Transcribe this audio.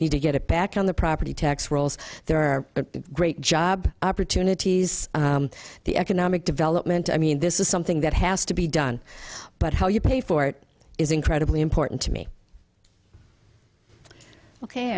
need to get it back on the property tax rolls there are great job opportunities the economic development i mean this is something that has to be done but how you pay for it is incredibly important to me ok